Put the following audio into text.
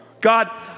God